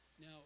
Now